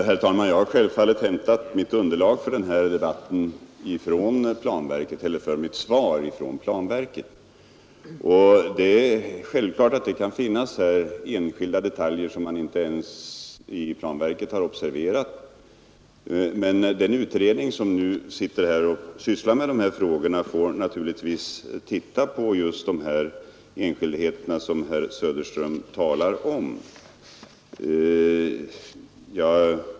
Herr talman! Jag har hämtat underlaget för mitt svar från planverket. Det är självklart att det kan finnas enskilda detaljer som man inte ens i planverket har observerat, men den utredning som sysslar med dessa frågor får naturligtvis se på de enskildheter som herr Söderström har talat om.